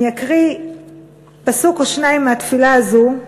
אני אקריא פסוק או שניים מהתפילה הזאת: